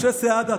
משה סעדה,